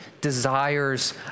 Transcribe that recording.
desires